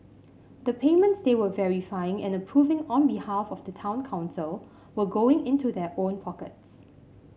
the payments they were verifying and approving on behalf of the town council were going into their own pockets